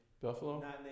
Buffalo